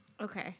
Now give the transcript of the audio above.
Okay